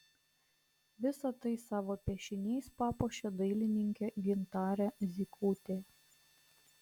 visa tai savo piešiniais papuošė dailininkė gintarė zykutė